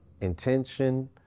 intention